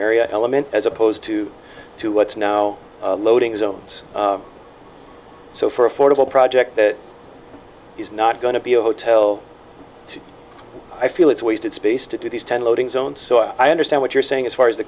area element as opposed to to what's now loading zones so for affordable project he's not going to be a hotel i feel it's wasted space to do these ten loading zone so i understand what you're saying as far as the